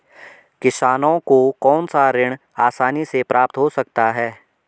किसानों को कौनसा ऋण आसानी से प्राप्त हो सकता है?